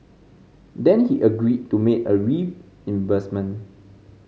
then he agreed to make a reimbursement